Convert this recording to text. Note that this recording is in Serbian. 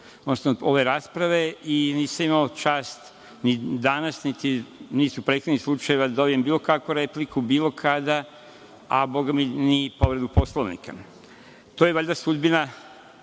ove rasprave i nisam imao čast ni danas, niti u prethodnim slučajevima da dobijem bilo kakvurepliku, bilo kada, a bogami ni povredu Poslovnika. To je valjda sudbina